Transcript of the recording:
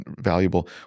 valuable